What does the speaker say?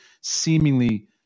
seemingly